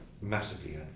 massively